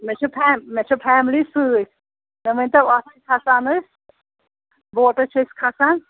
مےٚ چھےٚ فیم مےٚ چھےٚ فیملی سۭتۍ مےٚ ؤنۍتو اَتھ کھَسان أسۍ بوٹس چھِ أسۍ کھَسان